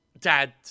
dad